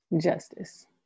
justice